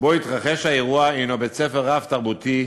שבו התרחש האירוע, הוא בית-ספר רב-תרבותי.